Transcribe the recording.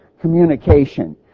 communication